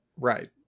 Right